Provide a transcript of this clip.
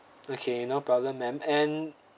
okay no problem ma'am and